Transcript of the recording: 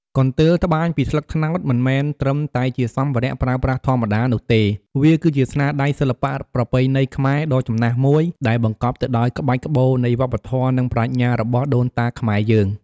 កន្ទេលត្បាញពីស្លឹកត្នោត មិនមែនត្រឹមតែជាសម្ភារៈប្រើប្រាស់ធម្មតានោះទេ វាគឺជា ស្នាដៃសិល្បៈប្រពៃណីខ្មែរដ៏ចំណាស់មួយ ដែលបង្កប់ទៅដោយក្បាច់ក្បូរនៃវប្បធម៌ និងប្រាជ្ញារបស់ដូនតាខ្មែរយើង។